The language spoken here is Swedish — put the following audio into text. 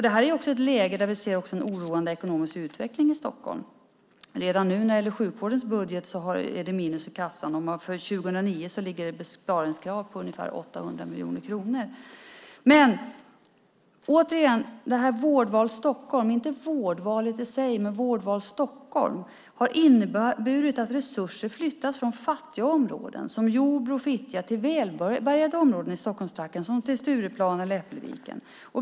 Det här sker i ett läge där vi ser en oroande ekonomisk utveckling i Stockholm. Redan nu är det minus i sjukvårdens budget, och för 2009 ligger det besparingskrav på 800 miljoner kronor. Men återigen: Vårdval Stockholm, inte vårdvalet i sig, har inneburit att resurser flyttas från fattiga områden som Jordbro och Fittja till välbärgade områden i Stockholmstrakten som Stureplan och Äppelviken.